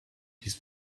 his